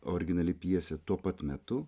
originali pjesė tuo pat metu